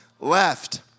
left